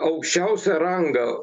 aukščiausio rango